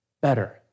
better